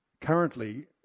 currently